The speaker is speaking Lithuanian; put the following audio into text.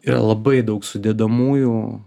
yra labai daug sudedamųjų